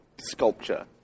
sculpture